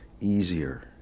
easier